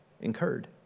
incurred